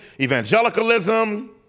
evangelicalism